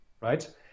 right